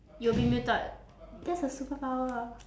you'll be muted that's a superpower